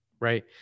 right